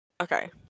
Okay